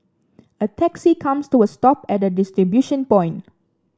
a taxi comes to a stop at the distribution point